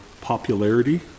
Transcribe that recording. popularity